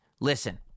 Listen